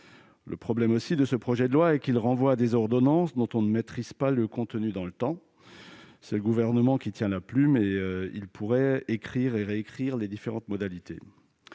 Le problème de ce projet de loi est qu'il renvoie à des ordonnances dont nous ne maîtrisons pas le contenu. Comme c'est le Gouvernement qui tient la plume, il pourra en écrire et réécrire les différentes dispositions